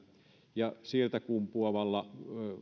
ja sieltä kumpuavalla